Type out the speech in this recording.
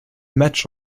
match